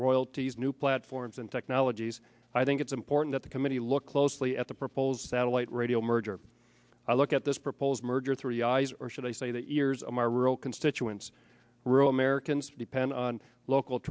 royalties new platforms and technologies i think it's important that the committee look closely at the proposed satellite radio merger look at this proposed merger through the eyes or should i say that years of my rural constituents rule americans depend on local